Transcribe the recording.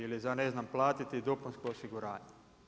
Ili za ne znam, platiti dopunsko osiguranje.